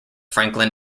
franklin